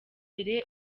imbere